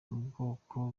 ubwoko